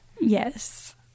Yes